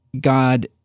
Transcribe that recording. God